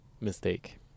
Mistake